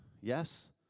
Yes